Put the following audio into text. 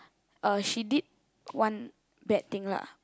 uh she did one bad thing lah